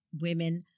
Women